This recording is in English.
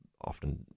often